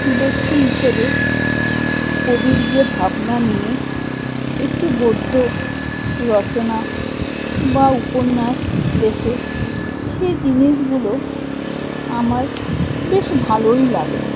ব্যক্তি হিসেবে কবির যে ভাবনা নিয়ে একটি গদ্য রচনা বা উপন্যাস লেখে সে জিনিসগুলো আমার বেশ ভালোই লাগে